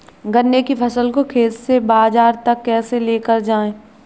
गन्ने की फसल को खेत से बाजार तक कैसे लेकर जाएँ?